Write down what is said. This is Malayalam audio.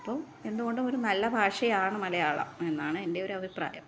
അപ്പം എന്തു കൊണ്ടും ഒരു നല്ല ഭാഷയാണ് മലയാളം എന്നാണ് എന്റെ ഒരഭിപ്രായം